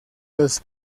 los